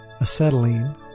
acetylene